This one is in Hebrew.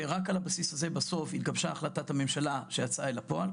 ורק על הבסיס הזה בסוף התגבשה החלטת הממשלה שיצאה אל הפועל,